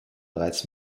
bereits